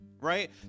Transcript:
right